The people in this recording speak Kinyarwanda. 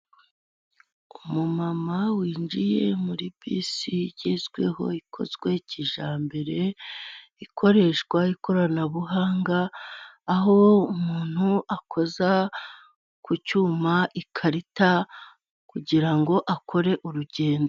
Umumama winjiye muri bisi igezweho, ikozwe kijyambere, ikoreshwa ikoranabuhanga, aho umuntu akoza ku cyuma ikarita, kugirango akore urugendo.